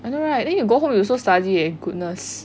I know right then you go home you also study eh goodness